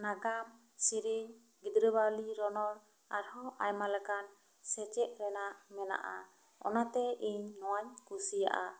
ᱱᱟᱜᱟᱢ ᱥᱮ ᱨᱮ ᱧ ᱜᱤᱫᱽᱨᱟᱹ ᱵᱟᱹᱣᱞᱤ ᱨᱚᱱᱚᱲ ᱟᱨᱦᱚᱸ ᱟᱭᱢᱟ ᱞᱮᱠᱟᱱ ᱥᱮᱪᱮᱫ ᱨᱮᱱᱟᱜ ᱢᱮᱱᱟᱜᱼᱟ ᱚᱱᱟᱛᱮ ᱤᱧ ᱱᱚᱶᱟ ᱤᱧ ᱠᱩᱥᱤᱭᱟᱜᱼᱟ